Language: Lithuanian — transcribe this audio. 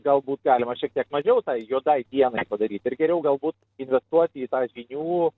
galbūt galima šiek tiek mažiau tai juodai dienai padaryt ir geriau galbūt investuoti į tą žinių